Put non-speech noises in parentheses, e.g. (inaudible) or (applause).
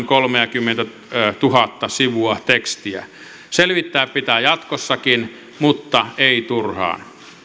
(unintelligible) kolmeakymmentätuhatta sivua tekstiä selvittää pitää jatkossakin mutta ei turhaan